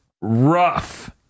rough